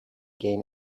gain